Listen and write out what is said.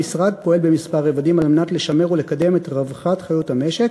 המשרד פועל במספר רבדים על מנת לשמר ולקדם את רווחת חיות המשק,